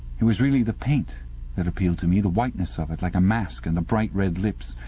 it was really the paint that appealed to me, the whiteness of it, like a mask, and the bright red lips.